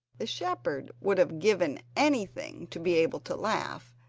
the shepherd would have given anything to be able to laugh,